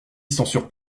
censure